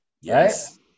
Yes